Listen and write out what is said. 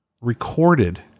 recorded